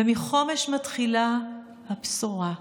ומחומש מתחילה הבשורה.